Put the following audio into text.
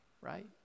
right